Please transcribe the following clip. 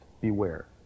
beware